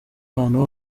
abantu